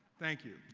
thank you,